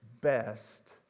best